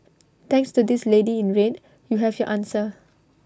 thanks to this lady in red you have your answer